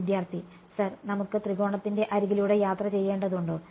വിദ്യാർത്ഥി സർ നമുക്ക് ത്രികോണത്തിന്റെ അരികിലൂടെ യാത്ര ചെയ്യേണ്ടതുണ്ടോ